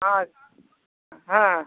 আচ্ছা হ্যাঁ